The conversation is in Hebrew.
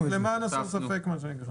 למען הסר ספק.